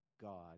God